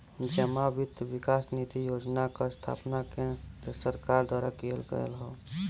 जमा वित्त विकास निधि योजना क स्थापना केन्द्र सरकार द्वारा किहल गयल हौ